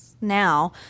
now